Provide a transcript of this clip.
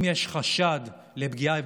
אם יש חשד לפגיעה בילד,